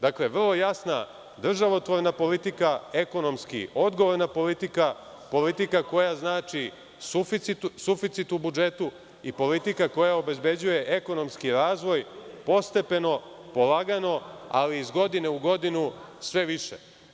Dakle, vrlo jasna državotvorna politika, ekonomski odgovorna politika, politika koja znači suficit u budžetu i politika koja obezbeđuje ekonomski razvoj, postepeno, polagano, ali iz godine u godinu sve više.